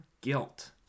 guilt